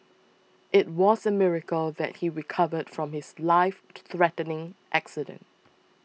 it was a miracle that he recovered from his lifethreatening accident